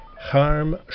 harm